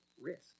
risk